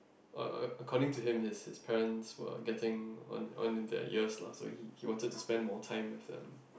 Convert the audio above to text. were according to him his his parents were getting on on in their years lah so he he wanted to spend more time with them